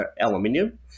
aluminium